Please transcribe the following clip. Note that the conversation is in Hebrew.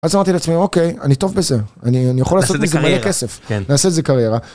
אז אמרתי לעצמי, אוקיי, אני טוב בזה, אני אני יכול לעשות מזה מלא כסף, נעשה את זה קריירה.